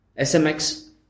SMX